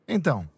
Então